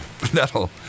that'll